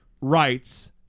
rights